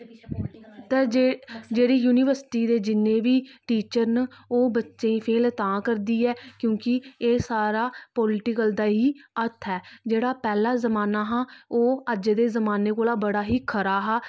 ते जे ते जेह्ड़ी यूनिवर्सिटी दे जिन्ने बी टीचर न ओह् बच्चे गी फेल तां करदी ऐ क्योंकि एह् सारा पोलिटीकल दा ही हत्थ ऐ जेह्ड़ा पैह्ला जमान्ना हा ओह् अज्ज दे जमान्ने कोला बड़ा ही खरा हा